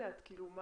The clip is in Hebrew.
מה